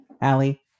Allie